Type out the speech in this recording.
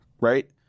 right